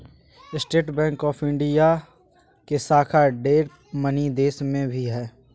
state Bank of India के शाखा ढेर मनी देश मे भी हय